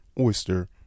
oyster